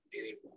anymore